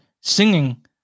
singing